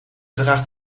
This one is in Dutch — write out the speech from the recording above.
draagt